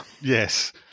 Yes